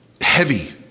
heavy